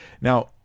Now